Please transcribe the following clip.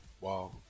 Wow